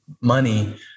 money